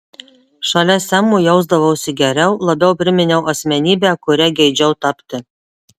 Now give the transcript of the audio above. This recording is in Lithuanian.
šalia semo jausdavausi geriau labiau priminiau asmenybę kuria geidžiau tapti